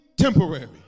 temporary